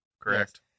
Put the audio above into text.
Correct